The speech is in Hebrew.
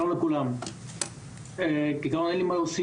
שלום לכולם, כעקרון אין לי מה להוסיף.